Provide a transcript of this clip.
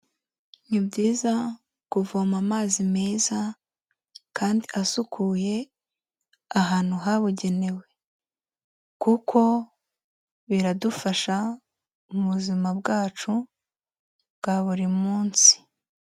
Ni byiza kuvoma amazi meza kandi asukuye ahantu habugenewe, kuko biradufasha mu buzima bwacu bwa buri munsi.